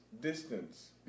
distance